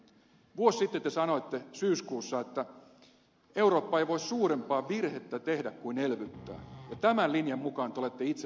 vuosi sitten syyskuussa te sanoitte että eurooppa ei voi suurempaa virhettä tehdä kuin elvyttää ja tämän linjan mukaan te olette itse täällä toiminut